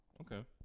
Okay